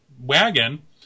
wagon